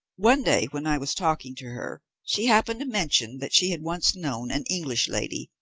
one day when i was talking to her she happened to mention that she had once known an english lady,